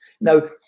Now